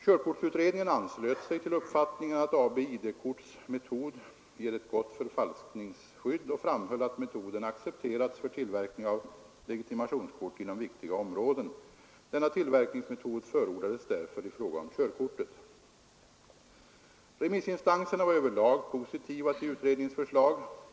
Körkortsutredningen anslöt sig till uppfattningen att AB ID-korts metod ger ett gott förfalskningsskydd och framhöll, att metoden accepterats för tillverkning av legitimationskort inom viktiga områden. Denna tillverkningsmetod förordades därför i fråga om körkortet. Remissinrstanserna var över lag positiva till utredningens förslag.